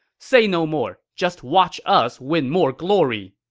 say no more. just watch us win more glory!